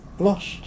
lost